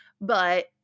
But-